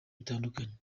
bitandukanye